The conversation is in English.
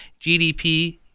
GDP